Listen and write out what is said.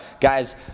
guys